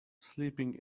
sleeping